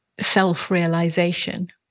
self-realization